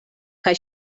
kaj